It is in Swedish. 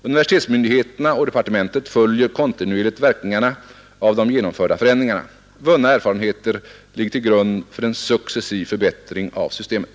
Universitetsmyndigheterna och departementet följer kontinuerligt verkningarna av de genomförda förändringarna. Vunna erfarenheter ligger till grund för en successiv förbättring av systemet.